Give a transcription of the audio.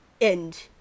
end